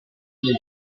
nel